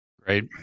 Great